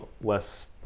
less